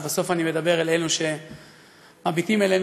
אבל בסוף אני מדבר אל אלו שמביטים עלינו,